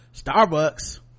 Starbucks